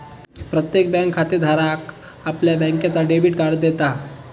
प्रत्येक बँक खातेधाराक आपल्या बँकेचा डेबिट कार्ड देता